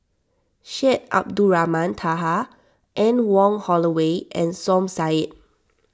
Syed Abdulrahman Taha Anne Wong Holloway and Som Said